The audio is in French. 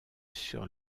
sur